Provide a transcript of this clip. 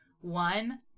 One